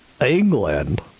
England